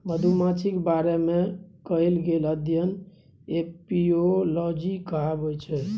मधुमाछीक बारे मे कएल गेल अध्ययन एपियोलाँजी कहाबै छै